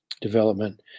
development